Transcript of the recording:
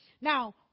Now